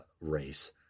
race